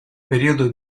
periodo